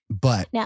but-